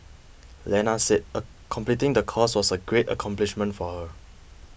Lena said a completing the course was a great accomplishment for her